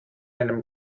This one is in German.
einem